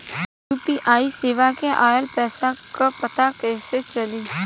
UPI सेवा से ऑयल पैसा क पता कइसे चली?